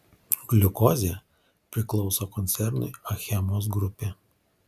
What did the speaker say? gliukozė priklauso koncernui achemos grupė